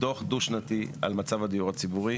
דוח דו שנתי על מצב הדיור השנתי,